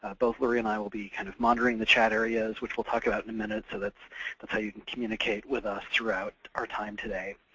ah both loree and i will be kind of monitoring the chat areas, which we'll talk about in a minute, so that's that's how you can communicate with us throughout our time today.